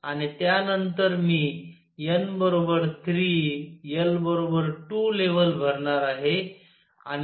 आणि त्यानंतर मी n 3 l 2 लेवल भरणार आहे